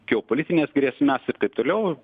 geopolitines grėsmes ir taip toliau